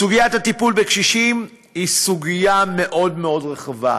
סוגיית הטיפול בקשישים היא סוגיה מאוד מאוד רחבה,